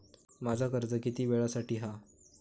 माझा कर्ज किती वेळासाठी हा?